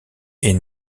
est